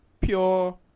pure